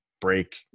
break